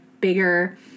bigger –